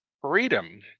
freedom